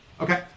Okay